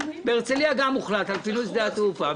בהרצליה גם הוחלט על פינוי שדה התעופה,